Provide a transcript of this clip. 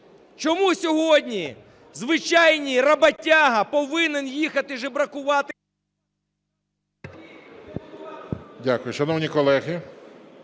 Чому сьогодні звичайний роботяга повинен їхати жебракувати…